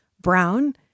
Brown